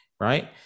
right